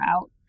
out